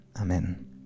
Amen